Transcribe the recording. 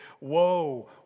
Woe